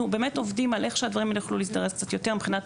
באמת עובדים על איך שהדברים האלה יוכלו להזדרז קצת יותר מבחינת